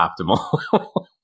optimal